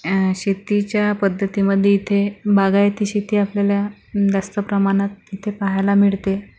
शेतीच्या पद्धतीमध्ये इथे बागायती शेती आपल्याला जास्त प्रमाणात इथे पाहायला मिळते